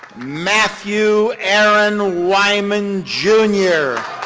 matthew aaron wyman, jr.